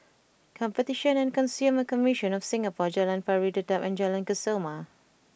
Competition and Consumer Commission of Singapore Jalan Pari Dedap and Jalan Kesoma